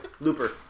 Looper